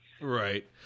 Right